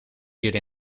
jullie